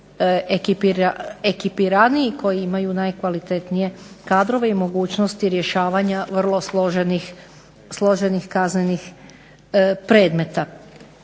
najekipiraniji, koji imaju najkvalitetnije kadrove i mogućnosti rješavanja složenih kaznenih predmeta.